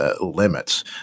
limits